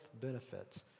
benefits